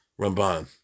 Ramban